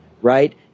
Right